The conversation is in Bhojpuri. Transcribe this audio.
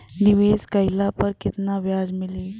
निवेश काइला पर कितना ब्याज मिली?